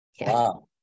Wow